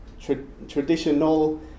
traditional